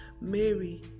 Mary